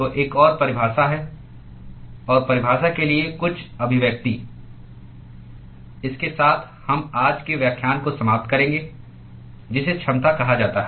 तो एक और परिभाषा है और परिभाषा के लिए कुछ अभिव्यक्ति इसके साथ हम आज के व्याख्यान को समाप्त करेंगे जिसे क्षमता कहा जाता है